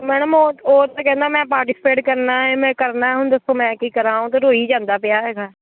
madam ਉਹ ਤਾਂ ਕਹਿੰਦਾ ਮੈਂ ਪਾਰਟੀਸਪੇਟ ਕਰਨਾ ਮੈਂ ਕਰਨਾ ਹੁਣ ਦੇਖੋ ਮੈਂ ਕੀ ਕਰਾਂ ਉਹ ਤਾਂ ਰੋਈ ਜਾਂਦਾ ਪਿਆ ਹੈਗਾ